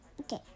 Okay